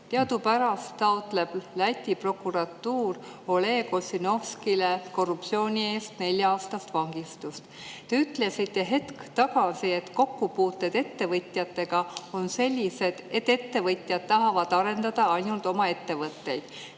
Teadupärast taotleb Läti prokuratuur Oleg Ossinovskile korruptsiooni eest nelja aasta pikkust vangistust. Te ütlesite hetk tagasi, et kokkupuuted ettevõtjatega on sellised, et ettevõtjad tahavad arendada ainult oma ettevõtteid.